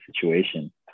situation